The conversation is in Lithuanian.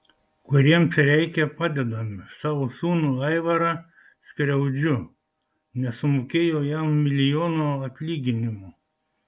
kuriems reikia padedame savo sūnų aivarą skriaudžiu nesumokėjau jam milijono atlyginimo